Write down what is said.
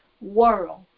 world